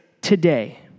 today